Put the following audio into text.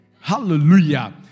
Hallelujah